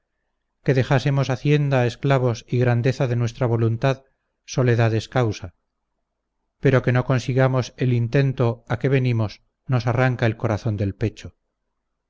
que dejásemos hacienda esclavos y grandeza de nuestra voluntad soledad es causa pero que no consigamos el intento a que venimos nos arranca el corazón del pecho